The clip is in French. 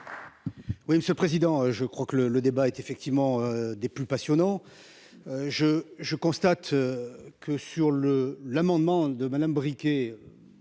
Oui monsieur président. Je crois que le, le débat est effectivement des plus passionnants. Je je constate. Que sur le, l'amendement de Madame briqué.